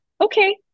okay